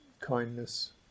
kindness